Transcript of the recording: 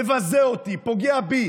מבזה אותי, פוגע בי,